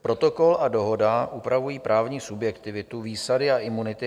Protokol a Dohoda upravují právní subjektivitu, výsady a imunity EUTELSAT.